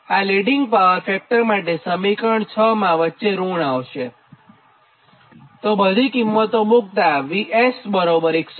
તો આ leading power factor માટે સમીકરણ 6 માં વચ્ચે ઋણ આવશે અને બધી કિંમતો મુક્તા તમને VS120